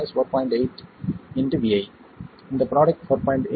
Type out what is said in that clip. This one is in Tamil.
8 vi இந்த ப்ரோடக்ட் 4